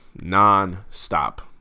non-stop